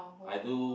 I do